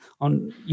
on